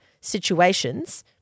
situations